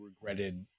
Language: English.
regretted